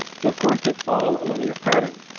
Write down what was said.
so of course, they follow a linear pattern.